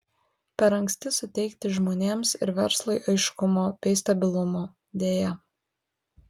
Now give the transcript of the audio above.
per anksti suteikti žmonėms ir verslui aiškumo bei stabilumo deja